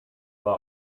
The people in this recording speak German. war